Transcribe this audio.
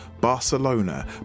Barcelona